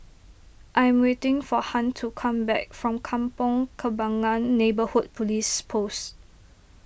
I am waiting for Hunt to come back from Kampong Kembangan Neighbourhood Police Post